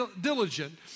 diligent